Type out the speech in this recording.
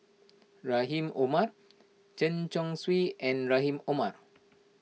Rahim Omar Chen Chong Swee and Rahim Omar